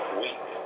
weak